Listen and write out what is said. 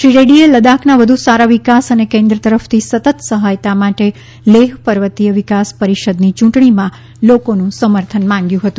શ્રી રેડ્ડીએ લદ્દાખના વધુ સારા વિકાસ અને કેન્શ્રા તરફથી સતત સહાયતા માટે લેહ પર્વતીય વિકાસ પરિષદની ચૂંટણીમાં લોકોનું સમર્થન માંગ્યું હતું